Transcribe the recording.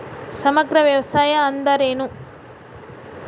ಸಮಗ್ರ ವ್ಯವಸಾಯ ಅಂದ್ರ ಏನು?